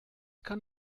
kann